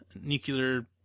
nuclear